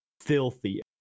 filthy